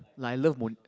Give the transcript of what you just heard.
like I love mon~